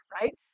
right